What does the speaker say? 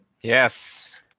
Yes